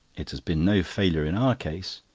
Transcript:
it has been no failure in our case.